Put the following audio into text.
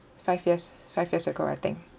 five years five years ago I think